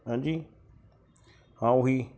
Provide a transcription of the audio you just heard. ਹੈਂਜੀ ਹਾਂ ਉਹੀ